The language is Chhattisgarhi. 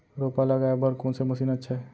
रोपा लगाय बर कोन से मशीन अच्छा हे?